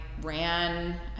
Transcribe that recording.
Ran